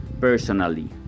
personally